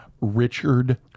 Richard